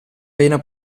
vena